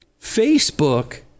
Facebook